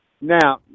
Now